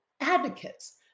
advocates